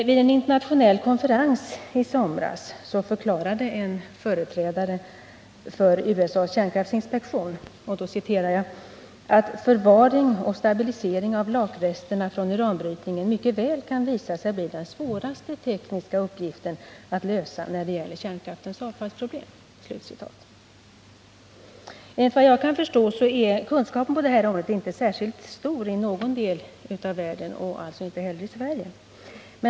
Vid en internationell konferens i somras förklarade en företrädare för USA:s kärnkraftsinspektion att ”förvaring och stabilisering av lakresterna från uranbrytningen mycket väl kan visa sig bli den svåraste tekniska uppgiften att lösa när det gäller kärnkraftens avfallsproblem.” Enligt vad jag har kunnat förstå är kunskapen på detta område inte stor i någon del av världen och inte heller här i Sverige.